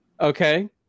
Okay